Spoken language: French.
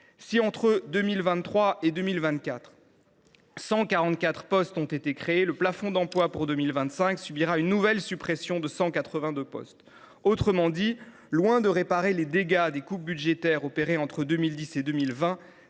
entre 2023 et 2024, le plafond d’emplois pour 2025 subira une nouvelle suppression de 182 postes. Autrement dit, loin de réparer les dégâts des coupes budgétaires opérées entre 2010 et 2020,